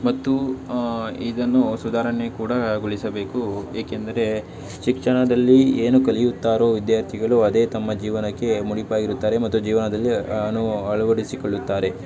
ಮತ್ತು ಇದನ್ನು ಸುಧಾರಣೆ ಕೂಡಾ ಗೊಳಿಸಬೇಕು ಏಕೆಂದರೆ ಶಿಕ್ಷಣದಲ್ಲಿ ಏನು ಕಲಿಯುತ್ತಾರೊ ವಿದ್ಯಾರ್ಥಿಗಳು ಅದೇ ತಮ್ಮ ಜೀವನಕ್ಕೆ ಮುಡಿಪಾಗಿರುತ್ತಾರೆ ಮತ್ತು ಜೀವನದಲ್ಲಿ ಆನು ಅಳವಡಿಸಿಕೊಳ್ಳುತ್ತಾರೆ